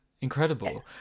Incredible